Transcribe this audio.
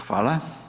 Hvala.